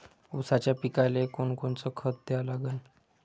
ऊसाच्या पिकाले कोनकोनचं खत द्या लागन?